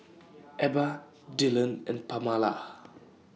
Ebba Dyllan and Pamala